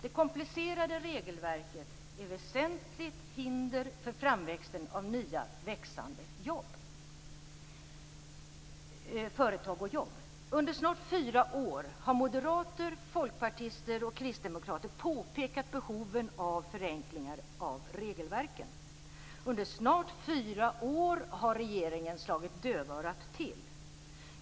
Det komplicerade regelverket är ett väsentligt hinder för framväxten av nya växande företag och jobb. Under snart fyra år har moderater, folkpartister och kristdemokrater påpekat behoven av förenklingar av regelverken. Under snart fyra år har regeringen slagit dövörat till.